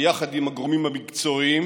ביחד עם הגורמים המקצועיים,